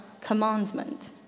commandment